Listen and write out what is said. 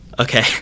Okay